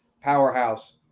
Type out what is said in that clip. Powerhouse